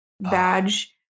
badge